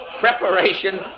preparation